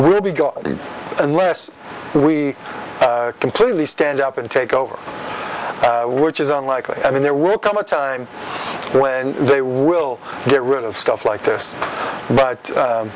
go unless we completely stand up and take over which is unlikely i mean there will come a time when they will get rid of stuff like this but